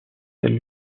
celle